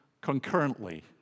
concurrently